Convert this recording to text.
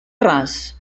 ras